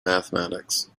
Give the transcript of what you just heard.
mathematics